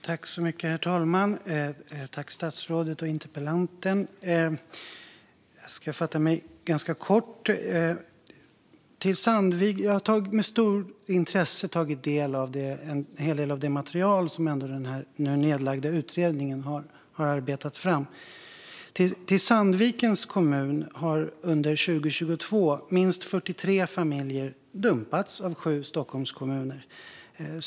Herr talman! Tack till statsrådet och interpellanten! Jag ska fatta mig ganska kort. Jag har med stort intresse tagit del av en hel del av materialet som den nu nedlagda utredningen arbetat fram. I Sandvikens kommun har under 2022 minst 43 familjer dumpats av sju Stockholmskommuner.